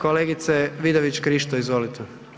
Kolegice Vidović-Krišto izvolite.